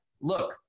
Look